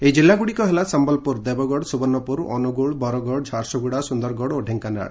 ଏହି ଜିଲ୍ଲଗୁଡ଼ିକ ହେଲା ସମ୍ୟଲପୁର ଦେବଗଡ ସୁବର୍ଶ୍ୱପୁର ଅନୁଗୋଳ ବରଗଡ ଝାରସୁଗୁଡା ସୁନ୍ଦରଗଡ଼ ଓ ଢ଼େଙ୍କାନାଳ